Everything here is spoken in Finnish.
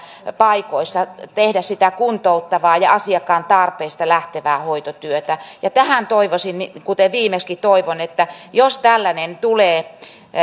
paikoissa tehdä sitä kuntouttavaa ja asiakkaan tarpeista lähtevää hoitotyötä ja toivoisin kuten viimeksikin toivoin että jos tällainen